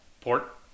Port